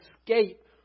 escape